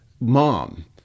mom